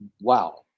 Wow